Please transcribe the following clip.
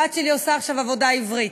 הבת שלי עושה עכשיו "עבודה עברית".